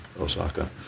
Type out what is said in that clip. osaka